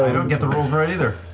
ah don't get the rules right either.